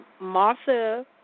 Martha